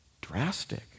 drastic